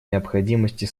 необходимости